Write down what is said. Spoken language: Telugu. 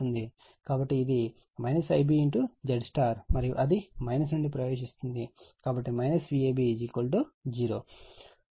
కాబట్టి ఇది ఉంటుంది Ib ZY మరియు అది నుండి ప్రవేశిస్తుంది కాబట్టి Vab 0